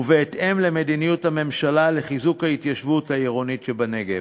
ובהתאם למדיניות הממשלה לחיזוק ההתיישבות העירונית שבנגב.